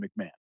McMahon